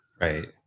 right